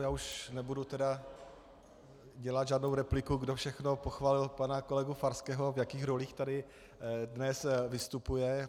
Já už nebudu tedy dělat žádnou repliku, kdo všechno pochválil pana kolegu Farského, v jakých rolích tady dnes vystupuje.